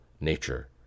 nature